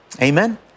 amen